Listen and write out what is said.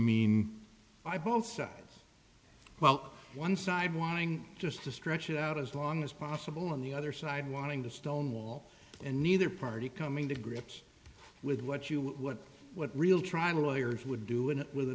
mean by both sides well one side wanting just to stretch it out as long as possible on the other side wanting to stonewall and neither party coming to grips with what you what what what real trying to lawyers would do and with a